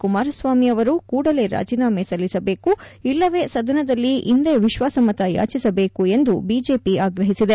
ಕುಮಾರಸ್ವಾಮಿ ಅವರು ಕೂಡಲೆ ರಾಜೀನಾಮೆ ಸಲ್ಲಿಸಬೇಕು ಇಲ್ಲವೇ ಸದನದಲ್ಲಿ ಇಂದೇ ವಿಶ್ವಾಸಮತ ಯಾಚಿಸಬೇಕು ಎಂದು ಬಿಜೆಪಿ ಆಗ್ರಹಿಸಿದೆ